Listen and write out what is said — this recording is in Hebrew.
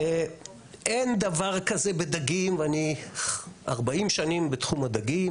אין דבר כזה בדגים ואני 40 שנים בתחום הדגים.